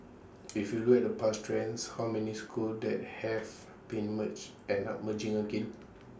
if you look at the past trends how many schools that have been merged end up merging again